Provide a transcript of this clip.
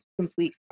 complete